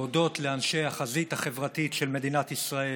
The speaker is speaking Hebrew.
להודות לאנשי החזית החברתית של מדינת ישראל,